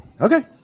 Okay